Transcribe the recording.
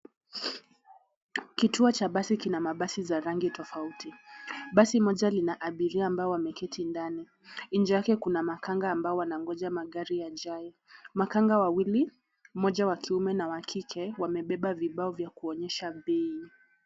Kituo cha basi kina mabasi za rangi tofauti. Basi moja lina abiria ambao wameketi ndani. Inje yake kuna makanga ambao wanangoja magari yajae. Makanga wawili, mmoja wa kiume na wa kike, wamebeba vibao vya kuonyesha bei.